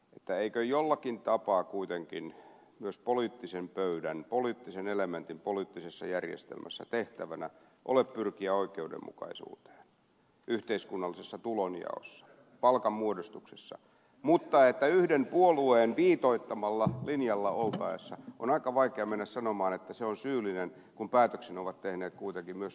heinäluomalta eikö jollakin tapaa kuitenkin myös poliittisen pöydän poliittisen elementin tehtävänä poliittisessa järjestelmässä ole pyrkiä oikeudenmukaisuuteen yhteiskunnallisessa tulonjaossa palkanmuodostuksessa mutta yhden puolueen viitoittamalla linjalla oltaessa on aika vaikea mennä sanomaan että se on syyllinen kun päätöksen ovat tehneet kuitenkin myös työmarkkinaosapuolten toimijat